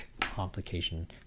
complication